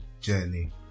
journey